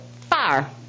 fire